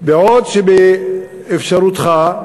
בעוד שבאפשרותך,